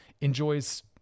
enjoys